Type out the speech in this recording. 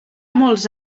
molts